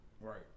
Right